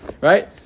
right